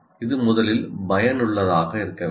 இது முதலில் பயனுள்ளதாக இருக்க வேண்டும்